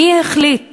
מי החליט